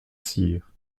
cyr